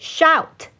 Shout